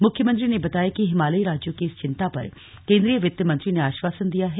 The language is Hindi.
मुख्यमंत्री ने बताया कि हिमालयी राज्यों की इस चिंता पर केन्द्रीय वित्त मंत्री ने आश्वासन दिया है